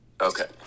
Okay